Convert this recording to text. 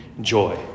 joy